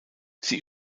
sie